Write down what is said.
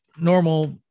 normal